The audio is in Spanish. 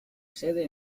sede